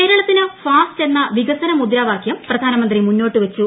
കേരളത്തിന് ഫാസ്റ്റ് എന്ന വികസന മുദ്രാവാക്യം പ്രധാനമന്ത്രി മൂന്നോട്ടുവച്ചു